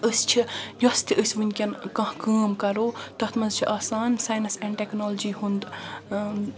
أسۍ چھ یۄس تہِ أسۍ ونکیٚن کانٛہہ کٲم کرو تتھ منٛز چھِ آسان ساینس اینٛڈ ٹیٚکنالجی ہُنٛد